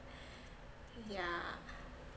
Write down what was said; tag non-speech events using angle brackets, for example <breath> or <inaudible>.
<breath> yeah